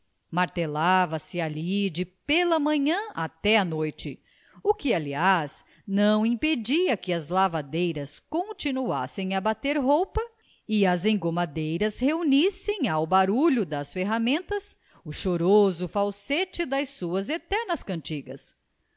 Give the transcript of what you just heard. pedreiros martelava se ali de pela manhã até à noite o que aliás não impedia que as lavadeiras continuassem a bater roupa e as engomadeiras reunissem ao barulho das ferramentas o choroso falsete das suas eternas cantigas